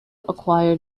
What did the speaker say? acquire